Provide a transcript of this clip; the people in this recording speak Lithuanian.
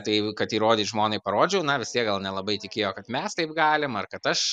tai kad įrodyt žmonai parodžiau na vis tiek gal nelabai tikėjo kad mes taip galim ar kad aš